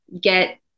get